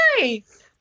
Nice